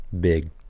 big